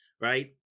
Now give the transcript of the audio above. right